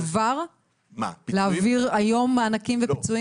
כבר להעביר היום מענקים ופיצויים?